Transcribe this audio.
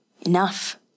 Enough